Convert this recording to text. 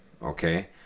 okay